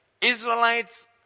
Israelites